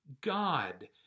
God